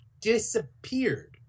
disappeared